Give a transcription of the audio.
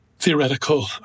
theoretical